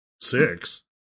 six